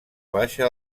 baixa